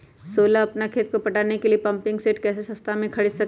सोलह अपना खेत को पटाने के लिए पम्पिंग सेट कैसे सस्ता मे खरीद सके?